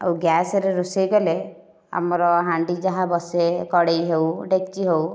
ଆଉ ଗ୍ୟାସରେ ରୋଷେଇ କଲେ ଆମର ହାଣ୍ଡି ଯାହା ବସେ କଡ଼ାଇ ହେଉ ଡେକ୍ଚି ହେଉ